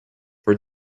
for